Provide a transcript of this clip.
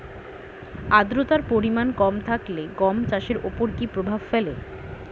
আদ্রতার পরিমাণ কম থাকলে গম চাষের ওপর কী প্রভাব ফেলে?